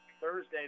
Thursday